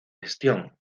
gestión